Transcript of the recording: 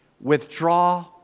withdraw